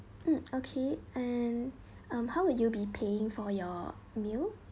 mm okay and um how will you be paying for your meal